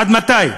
עד מתי?